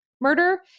murder